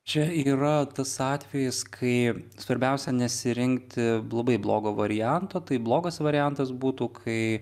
čia yra tas atvejis kai svarbiausia nesirinkti labai blogo varianto tai blogas variantas būtų kai